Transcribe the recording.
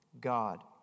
God